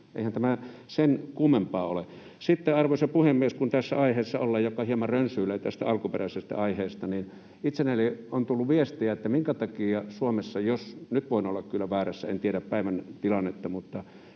Eihän tämä sen kummempaa ole. Sitten, arvoisa puhemies, kun tässä aiheessa ollaan, joka hieman rönsyilee tästä alkuperäisestä aiheesta: Itselleni on tullut viestiä siitä, minkä takia Suomessa — nyt voin olla kyllä väärässä, en tiedä päivän tilannetta —